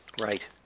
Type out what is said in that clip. Right